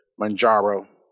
Manjaro